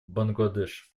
бангладеш